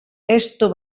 estu